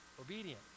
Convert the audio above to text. Obedient